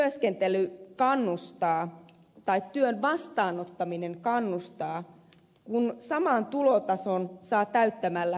ketä se työskentely tai työn vastaanottaminen kannustaa kun saman tulotason saa täyttämällä tukilappuja